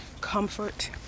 comfort